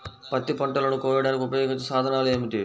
పత్తి పంటలను కోయడానికి ఉపయోగించే సాధనాలు ఏమిటీ?